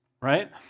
Right